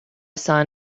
son